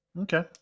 okay